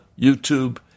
YouTube